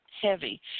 heavy